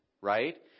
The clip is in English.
right